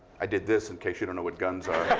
i did this in case you didn't know what guns are.